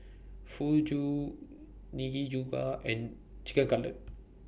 Fugu Nikujaga and Chicken Cutlet